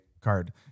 card